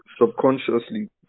subconsciously